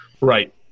Right